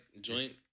joint